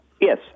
Yes